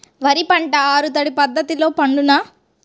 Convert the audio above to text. వరి పంట ఆరు తడి పద్ధతిలో పండునా?